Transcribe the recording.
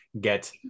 get